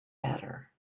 hatter